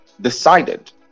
decided